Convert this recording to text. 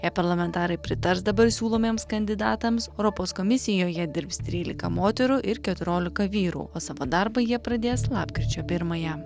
jei parlamentarai pritars dabar siūlomiems kandidatams europos komisijoje dirbs trylika moterų ir keturiolika vyrų o savo darbą jie pradės lapkričio pirmąją